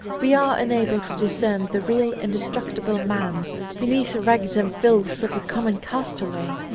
we are enabled to discern the real indestructible man beneath the rags and filth of a common castaway,